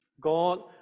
God